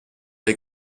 les